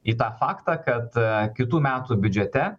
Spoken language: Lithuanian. į tą faktą kad kitų metų biudžete